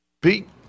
Pete